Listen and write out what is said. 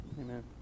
Amen